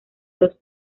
dos